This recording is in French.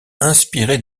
inspiré